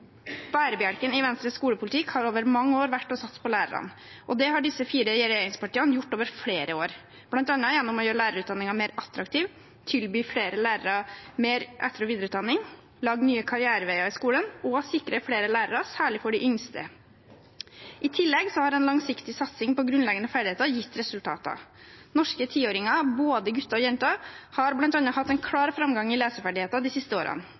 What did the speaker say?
Bærebjelken i Venstres skolepolitikk har over mange år vært å satse på lærerne, og det har disse fire regjeringspartiene gjort over flere år, bl.a. gjennom å gjøre lærerutdanningen mer attraktiv, tilby flere lærere mer etter- og videreutdanning, lage nye karriereveier i skolen og sikre flere lærere, særlig for de yngste. I tillegg har en langsiktig satsing på grunnleggende ferdigheter gitt resultater. Norske tiåringer – både gutter og jenter – har bl.a. hatt en klar framgang i leseferdigheter de siste årene.